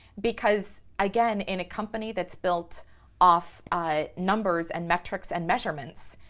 because again, in a company that's built off ah numbers and metrics and measurements,